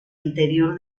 interior